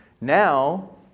now